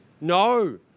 No